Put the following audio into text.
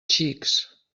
xics